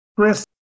Chris